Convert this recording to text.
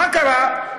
מה קרה?